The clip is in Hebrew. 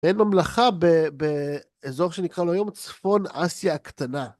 מעין ממלכה, באזור שנקרא לו היום "צפון אסיה הקטנה".